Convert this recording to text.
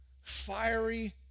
fiery